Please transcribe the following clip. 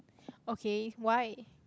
okay why